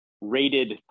rated